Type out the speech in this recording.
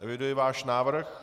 Eviduji váš návrh.